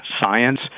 science